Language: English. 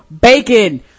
bacon